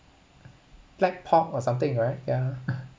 black pork or something right ya